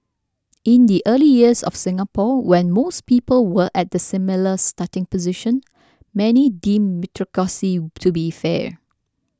in the early years of Singapore when most people were at similar starting positions many deemed meritocracy to be fair